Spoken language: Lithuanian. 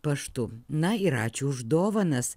paštų na ir ačiū už dovanas